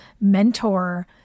mentor